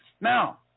Now